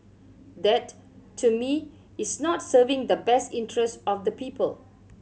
that to me is not serving the best interest of the people